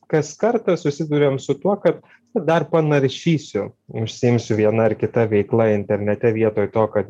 kas kartą susiduriam su tuo kad dar panaršysiu užsiimsiu viena ar kita veikla internete vietoj to kad